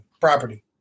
property